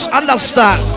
understand